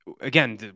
again